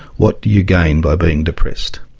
what do you gain by being depressed?